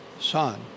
Son